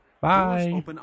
Bye